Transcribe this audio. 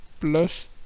plus